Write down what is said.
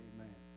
Amen